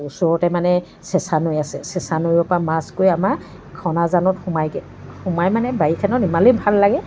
ওচৰতে মানে চেঁচা নৈ আছে চেঁচা নৈৰ পৰা মাছ গৈ আমাৰ খনাজানত সোমায়গৈ সোমাই মানে বাৰিষা দিনত ইমানেই ভাল লাগে